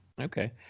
Okay